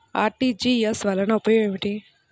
RTGS వలన ఉపయోగం ఏమిటీ?